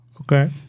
Okay